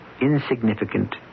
insignificant